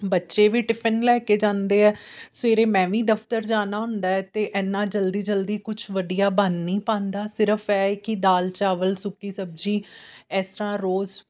ਬੱਚੇ ਵੀ ਟਿਫਨ ਲੈ ਕੇ ਜਾਂਦੇ ਹੈ ਸਵੇਰੇ ਮੈਂ ਵੀ ਦਫ਼ਤਰ ਜਾਣਾ ਹੁੰਦਾ ਤਾਂ ਇੰਨਾ ਜਲਦੀ ਜਲਦੀ ਕੁਛ ਵਧੀਆ ਬਣ ਨਹੀਂ ਪਾਉਂਦਾ ਸਿਰਫ ਇਹ ਕਿ ਦਾਲ ਚਾਵਲ ਸੁੱਕੀ ਸਬਜ਼ੀ ਇਸ ਤਰ੍ਹਾਂ ਰੋਜ਼